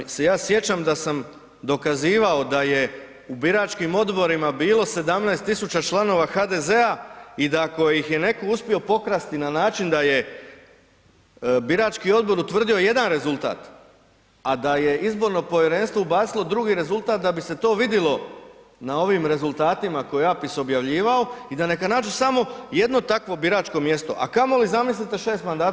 Ali, sam se ja sjećam da sam dokazivao da je u biračkim odborima bilo 17 tisuća članova HDZ-a i da ako ih je nekome uspio pokrasti na način da je birački odbor utvrdio jedan rezultat, a da je izborno povjerenstvo ubacilo drugi rezultat da bi se to vidjelo na ovim rezultatima koje je APIS objavljivao i da neka nađu samo jedno takvo biračko mjesto, a kamoli, zamislite 6 mandata.